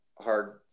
hard